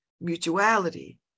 mutuality